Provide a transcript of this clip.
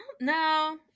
No